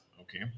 Okay